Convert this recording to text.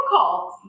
difficult